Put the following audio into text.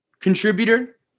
contributor